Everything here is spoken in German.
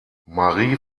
marie